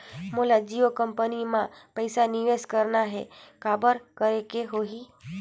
मोला जियो कंपनी मां पइसा निवेश करना हे, काबर करेके होही?